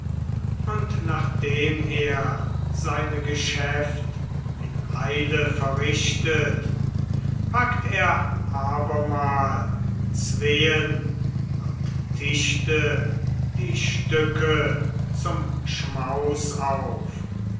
und nachdem er seine geschäft in eile verrichtet packt er abermal zween und tischte die stücke zum schmaus auf